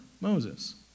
Moses